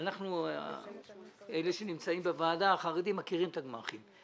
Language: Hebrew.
החרדים שנמצאים בוועדה מכירים את הגמ"חים.